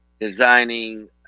designing